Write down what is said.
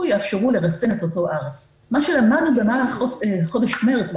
יאפשרו לרסן את אותו R. מה שלמדנו במהלך חודש מרץ,